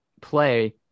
play